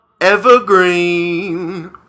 Evergreen